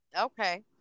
okay